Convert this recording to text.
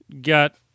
got